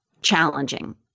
challenging